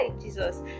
jesus